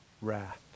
wrath